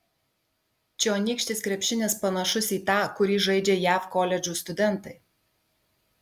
čionykštis krepšinis panašus į tą kurį žaidžia jav koledžų studentai